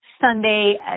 Sunday